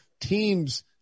teams